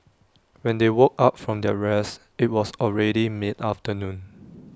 when they woke up from their rest IT was already mid afternoon